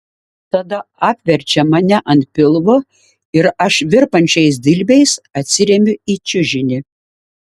tada apverčia mane ant pilvo ir aš virpančiais dilbiais atsiremiu į čiužinį